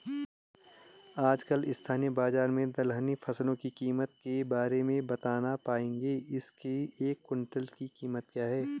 आजकल स्थानीय बाज़ार में दलहनी फसलों की कीमत के बारे में बताना पाएंगे इसकी एक कुन्तल की कीमत क्या है?